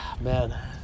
man